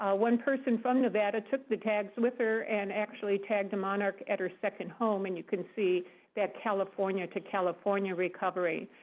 ah one person from nevada took the tags with her and actually tagged a monarch at her second home. and you can see that california-to-california recovery.